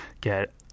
get